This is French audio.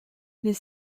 les